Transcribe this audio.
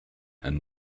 and